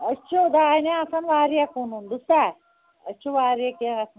اَسہِ چھُ دانہِ آسان واریاہ کٕنُن بوٗزتھا أسۍ چھُ واریاہ کیٚنٛہہ آسان